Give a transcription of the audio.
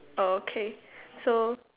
okay so